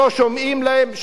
שלא שומעים להם,